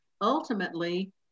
ultimately